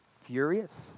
furious